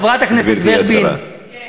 וחברת הכנסת ורבין, כן.